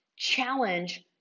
challenge